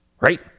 right